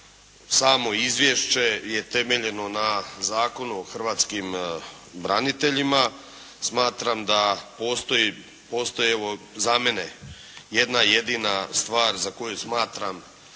samo izvješće je temeljeno na Zakonu o hrvatskim braniteljima. Smatram da postoji, postoje evo za mene jedna jedina stvar za koju smatram